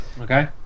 Okay